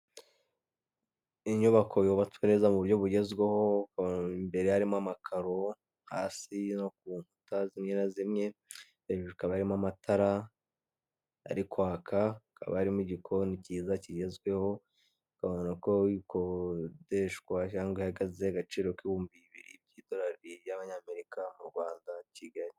Inyubako yubatswe neza mu buryo bugezweho imbere harimo amakaro hasi no ku nkuta zimwe na zimwe hakaba harimo amatara ari kwaka, hakaba harimo igikoni cyiza kigezweho; ukabona ko ikodeshwa cyangwa ihagaze agaciro k'ibihumbi bibiri by'idorarari y'abanyamerika mu rwanda kigali.